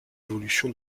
évolution